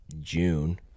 June